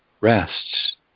rests